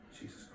Jesus